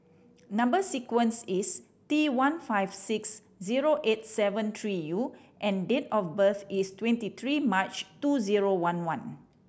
number sequence is T one five six zero eight seven three U and date of birth is twenty three March two zero one one